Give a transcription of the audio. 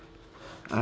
uh